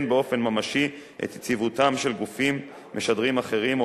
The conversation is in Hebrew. באופן ממשי את יציבותם של גופים משדרים אחרים או